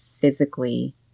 physically